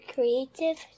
Creative